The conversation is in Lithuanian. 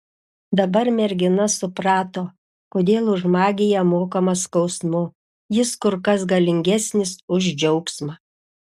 dabar mergina suprato kodėl už magiją mokama skausmu jis kur kas galingesnis už džiaugsmą